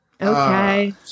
Okay